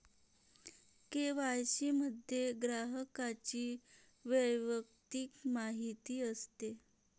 KYC मध्ये ग्राहकाची वैयक्तिक माहिती असते